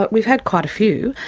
but we've had quite a few.